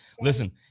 listen